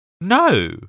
No